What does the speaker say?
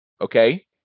Okay